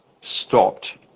stopped